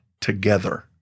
together